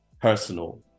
personal